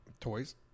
Toys